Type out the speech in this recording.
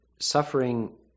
Suffering